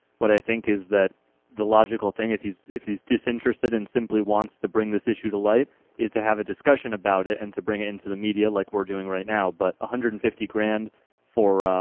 what i think is that the logical thing if he's if he's disinterested in simply wants to bring this issue delight is to have a discussion about it and to bring into the media like we're doing right now but the hundred and fifty grand for